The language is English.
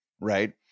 Right